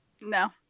No